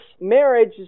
marriage